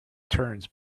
turns